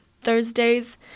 thursdays